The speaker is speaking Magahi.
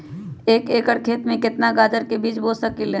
एक एकर खेत में केतना गाजर के बीज बो सकीं ले?